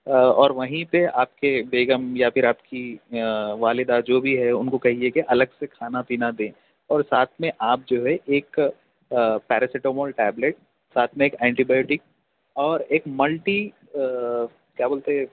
اور وہیں سے آپ کے بیگم یا پھر آپ کی والدہ جو بھی ہے ان کو کہیے کہ الگ سے کھانا پینا دیں اور ساتھ میں آپ جو ہے ایک پیراسیٹامال ٹیبلیٹ ساتھ میں ایک اینٹی بایوٹک اور ایک ملٹی کیا بولتے